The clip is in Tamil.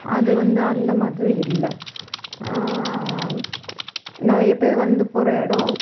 அது வந்து அந்த மாதிரி இல்லை நிறைய பேர் வந்து போகிற இடோம்